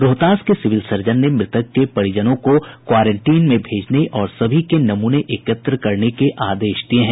रोहतास के civil surgeon ने मृतक के परिजनों को क्वारेंटीन में भेजने और सभी के नमूने एकत्र करने के आदेश दिये हैं